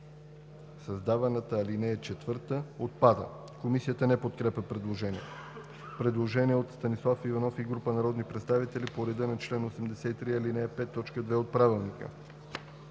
създаваната ал. 4 отпада.“ Комисията не подкрепя предложението. Предложение от Станислав Иванов и група народни представители по реда на чл. 83, ал. 5, т. 2 от Правилника